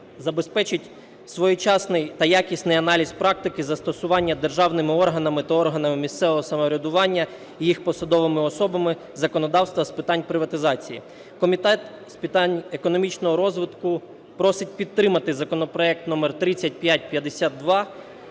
забезпечить своєчасний та якісний аналіз практики застосування державними органами та органами місцевого самоврядування і їх посадовими особами законодавства з питань приватизації. Комітет з питань економічного розвитку просить підтримати законопроект номер 3552